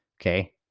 Okay